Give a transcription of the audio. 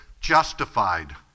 justified